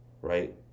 right